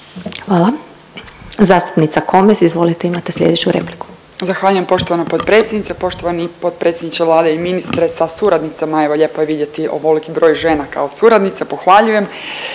Hvala. Zastupnica Komes izvolite, imate slijedeću replika. **Komes, Magdalena (HDZ)** Zahvaljujem poštovana potpredsjednice. Poštovani potpredsjedniče Vlade i ministre sa suradnicama, evo lijepo je vidjeti ovoliki broj žena kao suradnice, pohvaljujem.